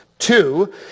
Two